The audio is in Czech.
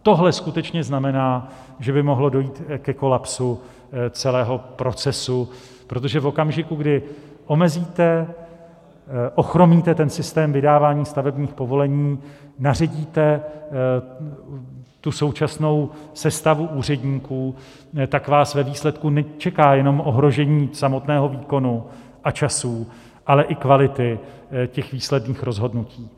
Tohle skutečně znamená, že by mohlo dojít ke kolapsu celého procesu, protože v okamžiku, kdy omezíte, ochromíte systém vydávání stavebních povolení, naředíte současnou sestavu úředníků, tak vás ve výsledku nečeká jenom ohrožení samotného výkonu a času, ale i kvality výsledných rozhodnutí.